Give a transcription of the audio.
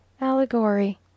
Allegory